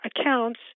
accounts